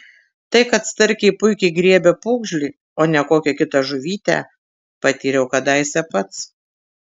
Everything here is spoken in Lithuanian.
tai kad starkiai puikiai griebia pūgžlį o ne kokią kitą žuvytę patyriau kadaise pats